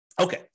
Okay